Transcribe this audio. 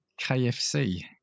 KFC